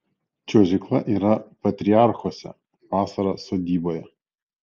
čiuožykla yra patriarchuose vasara sodyboje